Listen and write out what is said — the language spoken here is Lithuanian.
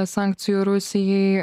sankcijų rusijai